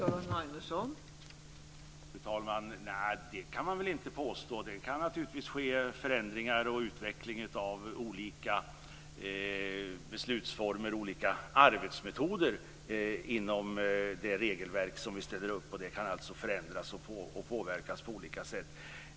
Fru talman! Nej, det kan man väl inte påstå. Det kan naturligtvis ske förändringar och en utveckling av olika beslutsformer och olika arbetsmetoder inom det regelverk som vi ställer upp på. Det kan alltså förändras och påverkas på olika sätt.